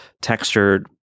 textured